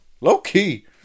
Low-key